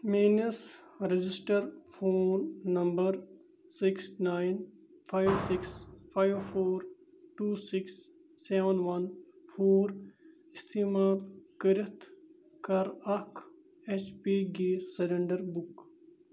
میٲنِس register phone number six nine five six five four two six seven one four استعمال کٔرِتھ کَر اکھ H P gas surrender book